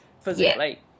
physically